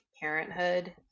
parenthood